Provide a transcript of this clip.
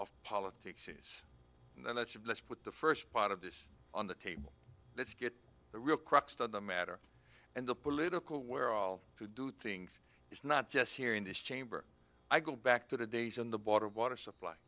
of politics is and i said let's put the first part of this on the table let's get the real crux of the matter and the political where all to do things is not just here in this chamber i go back to the days in the bottled water supply